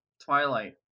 Twilight